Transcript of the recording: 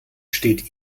steht